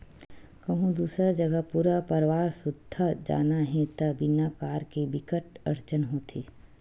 कहूँ दूसर जघा पूरा परवार सुद्धा जाना हे त बिना कार के बिकट अड़चन होथे